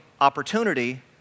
opportunity